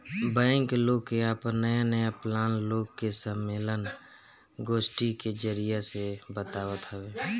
bank लोग के आपन नया नया प्लान लोग के सम्मलेन, गोष्ठी के जरिया से बतावत हवे